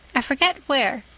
i forget where.